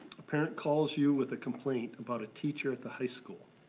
a parent calls you with a complaint about a teacher at the high school.